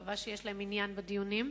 ואני מקווה שיש להם עניין בדיונים.